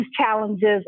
challenges